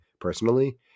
personally